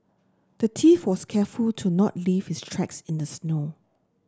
the thief was careful to not leave his tracks in the snow